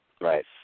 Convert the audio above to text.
right